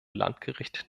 landgericht